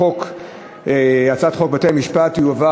הצעת חוק בתי-המשפט (תיקון,